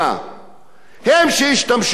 הם שהשתמשו בפצצות האלה.